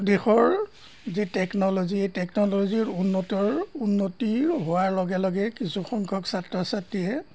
দেশৰ যি টেকন'লজি টেকন'লজিৰ উন্নতৰ উন্নতিৰ হোৱাৰ লগে লগে কিছুসংখ্যক ছাত্ৰ ছাত্ৰীয়ে